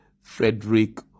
Frederick